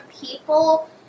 people